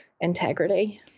integrity